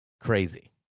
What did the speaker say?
crazy